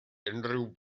unrhyw